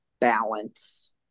balance